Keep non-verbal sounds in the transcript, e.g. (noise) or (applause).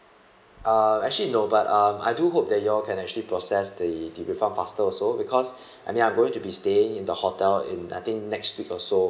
um actually no but um I do hope that you all can actually process the the refund faster also because (breath) I mean I'm going to be staying in the hotel in I think next week also (breath)